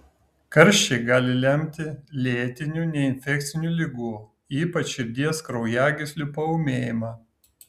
karščiai gali lemti lėtinių neinfekcinių ligų ypač širdies kraujagyslių paūmėjimą